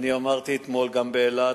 אני אמרתי אתמול גם באילת,